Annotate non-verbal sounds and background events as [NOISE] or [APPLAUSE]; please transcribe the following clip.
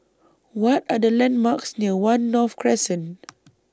What Are The landmarks near one North Crescent [NOISE]